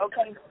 Okay